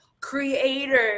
creator